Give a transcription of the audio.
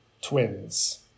twins